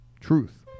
Truth